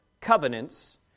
covenants